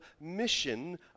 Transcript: mission